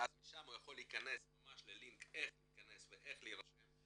ואז משם הוא יכול להכנס ממש ללינק איך להיכנס ואיך להירשם.